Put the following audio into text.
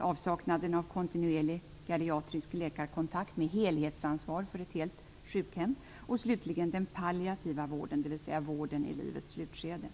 avsaknad av kontinuerlig geriatrisk läkarkontakt med helhetsansvar för ett helt sjukhem och slutligen när det gäller den palliativa vården, dvs. vården i livets slutskede.